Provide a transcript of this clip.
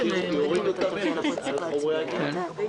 לא הבנתי, אני מתנצל.